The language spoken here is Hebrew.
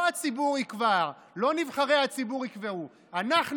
לא הציבור יקבע, לא נבחרי הציבור יקבעו, אנחנו: